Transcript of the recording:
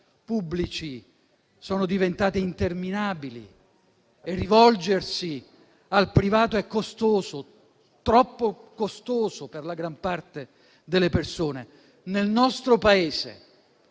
pubblici sono diventate interminabili e rivolgersi al privato è troppo costoso per la gran parte delle persone. Nel nostro Paese